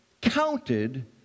counted